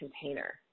container